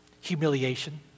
humiliation